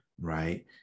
right